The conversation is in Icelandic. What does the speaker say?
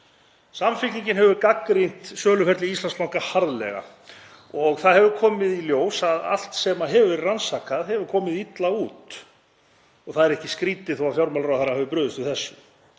Samfylkingin hefur gagnrýnt söluferli Íslandsbanka harðlega og það hefur komið í ljós að allt sem hefur verið rannsakað hefur komið illa út. Það er ekki skrýtið þó að fjármálaráðherra hafi brugðist við þessu.